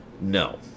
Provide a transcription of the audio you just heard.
no